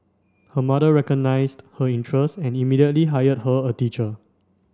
her mother recognised her interest and immediately hired her a teacher